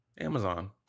Amazon